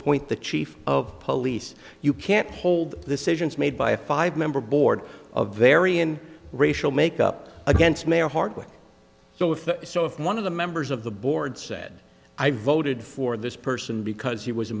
point the chief of police you can't hold the stations made by a five member board of varian racial makeup against mayor hardwick so if so if one of the members of the board said i voted for this person because he was a